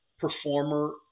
performer